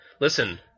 Listen